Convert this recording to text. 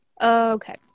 Okay